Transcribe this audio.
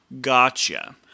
Gotcha